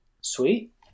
Sweet